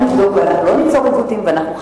אנחנו נבדוק ולא ניצור עיוותים.